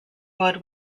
wood